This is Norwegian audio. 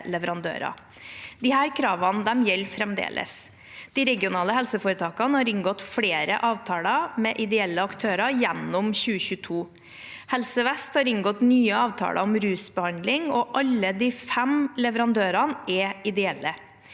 Disse kravene gjelder fremdeles. De regionale helseforetakene har inngått flere avtaler med ideelle aktører gjennom 2022. Helse Vest har inngått nye avtaler om rusbehandling, og alle de fem leverandørene er ideelle.